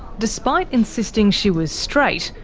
despite insisting she was straight,